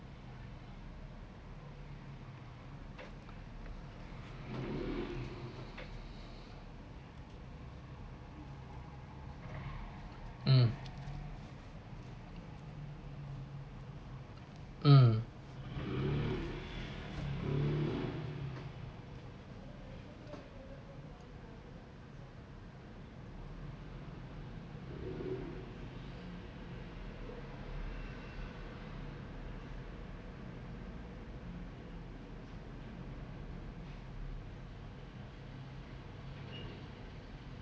mm mm